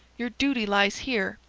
your duty lies here,